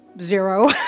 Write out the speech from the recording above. zero